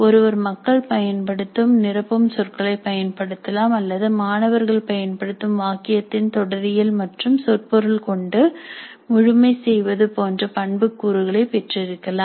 ஒருவர் மக்கள் பயன்படுத்தும் நிரப்பும் சொற்களை பயன்படுத்தலாம் அல்லது மாணவர்கள் பயன்படுத்தும் வாக்கியத்தின் தொடரியல் மற்றும் சொற்பொருள் கொண்டு முழுமை செய்வது போன்ற பண்பு கூறுகளை பெற்றிருக்கலாம்